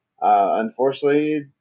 unfortunately